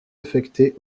affecté